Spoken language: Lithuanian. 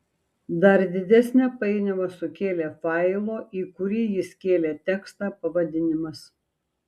dar didesnę painiavą sukėlė failo į kurį jis kėlė tekstą pavadinimas